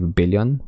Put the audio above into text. billion